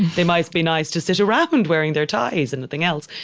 it might be nice to sit around wearing their ties and nothing else.